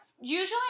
Usually